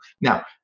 Now